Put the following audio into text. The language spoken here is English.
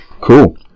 Cool